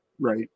right